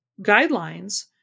guidelines